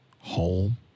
home